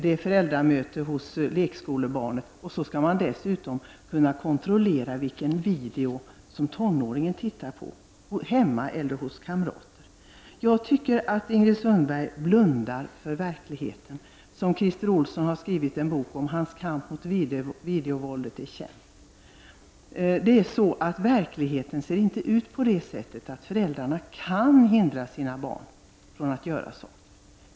Det är föräldramöte för lekskolebarnet och så skall man dessutom kontrollera vilken video tonåringen tittar på hemma eller hos sina kamrater. Jag tycker att Ingrid Sundberg blundar för den verklighet som Christer Olsson har beskrivit i sin bok om kampen mot videovåldet. Hans kamp mot videovåldet är känd. Verkligheten ser inte ut på det sättet att föräldrarna kan hindra sina barn från att göra saker.